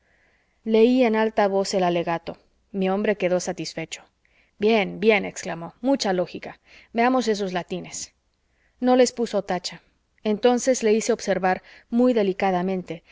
leí en alta voz el alegato mi hombre quedó satisfecho bien bien exclamó mucha lógica veamos esos latines no les puso tacha entonces le hice observar muy delicadamente